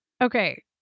Okay